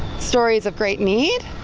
stories of great need.